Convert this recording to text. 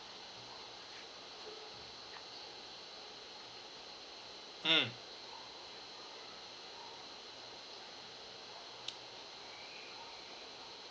mm